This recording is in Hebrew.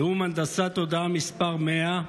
נאום הנדסת תודעה מס' 100,